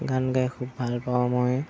গান গাই খুব ভাল পাওঁ মই